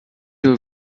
nur